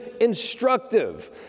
instructive